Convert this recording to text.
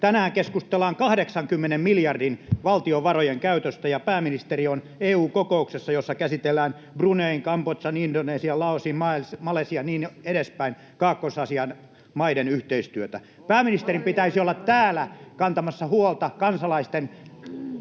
Tänään keskustellaan 80 miljardin valtionvarojen käytöstä, ja pääministeri on EU-kokouksessa, jossa käsitellään Brunein, Kambodžan, Indonesian, Laosin, Malesian ja niin edespäin, Kaakkois-Aasian maiden, yhteistyötä. [Vasemmalta: Oho! — Välihuutoja eduskunnasta] Pääministerin pitäisi olla täällä kantamassa huolta kansalaisten